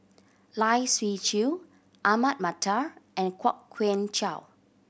Lai Siu Chiu Ahmad Mattar and Kwok Kian Chow